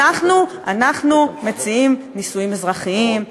אנחנו מציעים נישואים אזרחיים,